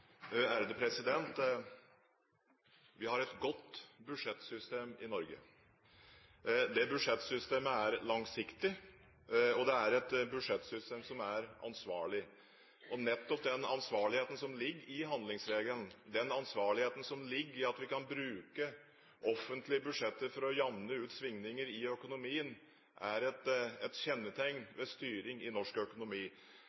Vi har et godt budsjettsystem i Norge. Det er et budsjettsystem som er langsiktig, og det er et budsjettsystem som er ansvarlig. Nettopp den ansvarligheten som ligger i handlingsregelen, den ansvarligheten som ligger i at vi kan bruke offentlige budsjetter for å jamne ut svingninger i økonomien, er et